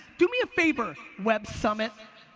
do me a favor, web summit.